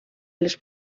les